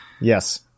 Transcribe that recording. Yes